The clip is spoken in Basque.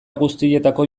guztietako